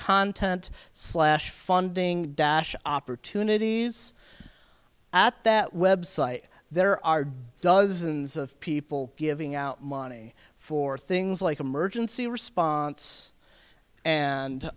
content slash funding dash opportunities at that website there are dozens of people giving out money for things like emergency response